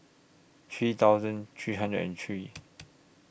three thousand three hundred and three